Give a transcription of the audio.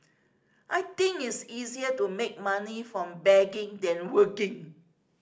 I think it's easier to make money from begging than working